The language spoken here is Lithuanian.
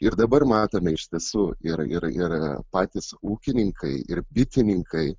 ir dabar matome iš tiesų yra ir ir patys ūkininkai ir bitininkai